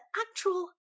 actual